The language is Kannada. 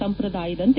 ಸಂಪ್ರದಾಯದಂತೆ